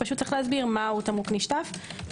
פשוט צריך להסביר מהו תמרוק נשטף.